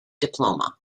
diploma